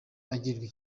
agirirwa